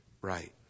right